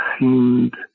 seemed